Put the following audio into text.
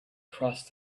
crossed